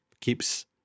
keeps